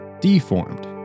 deformed